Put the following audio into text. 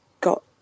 got